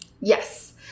yes